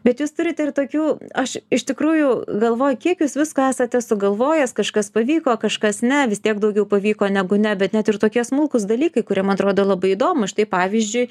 bet jūs turite ir tokių aš iš tikrųjų galvoju kiek jūs visko esate sugalvojęs kažkas pavyko kažkas ne vis tiek daugiau pavyko negu ne bet net ir tokie smulkūs dalykai kurie man atrodo labai įdomu štai pavyzdžiui